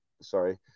Sorry